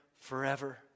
forever